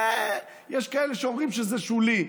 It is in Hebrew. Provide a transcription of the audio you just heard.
יש כאלה שאומרים שזה שולי,